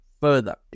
further